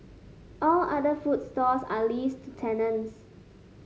all other food stalls are leased to tenants